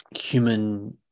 human